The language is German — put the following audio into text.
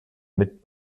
mit